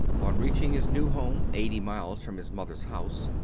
on reaching his new home, eighty miles from his mother's house,